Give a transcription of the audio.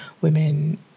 women